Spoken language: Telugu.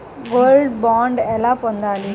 గోల్డ్ బాండ్ ఎలా పొందాలి?